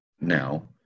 now